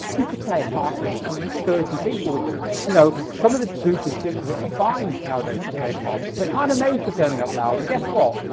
you could play a party of thirty people with them. you know some of the bluetooth speakers are fine nowadays for playing parties. they're kind of made for turning up loud and guess what?